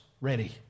ready